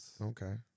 Okay